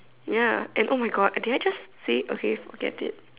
ya and oh my God did I just say okay forget it